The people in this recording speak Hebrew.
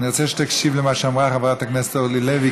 אני רוצה שתקשיב למה שאמרה חברת הכנסת אורלי לוי,